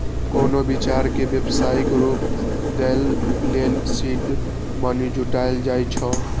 कोनो विचार कें व्यावसायिक रूप दै लेल सीड मनी जुटायल जाए छै